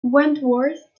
wentworth